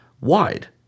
wide